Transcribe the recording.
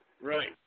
Right